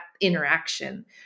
interaction